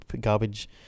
garbage